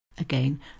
Again